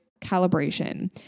calibration